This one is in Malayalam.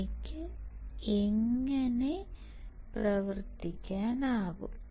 എനിക്ക് എങ്ങനെ പ്രവർത്തിക്കാനാകും